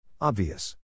Obvious